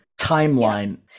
timeline